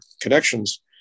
connections